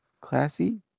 Classy